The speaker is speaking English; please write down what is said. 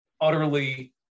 utterly